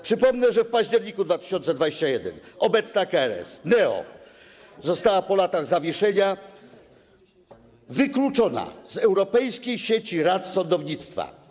Przypomnę, że w październiku 2021 r. obecna neo-KRS została po latach zawieszenia wykluczona z Europejskiej Sieci Rad Sądownictwa.